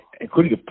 including